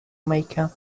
maker